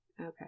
Okay